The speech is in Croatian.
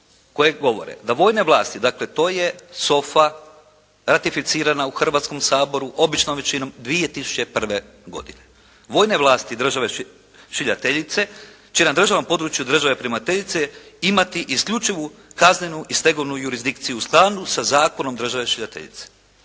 koje govore: "da vojne vlasti, dakle to je SOFA ratificirana u Hrvatskom saboru običnom većinom 2001. godine. Vojne vlasti države šaljiteljice čija na državnom području države primateljice imati isključivu kaznenu i stegovnu jurisdikciju … sa zakonom države šiljateljice